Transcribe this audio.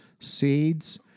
seeds